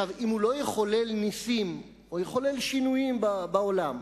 אם הוא לא יחולל נסים או שינויים בעולם,